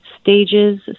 Stages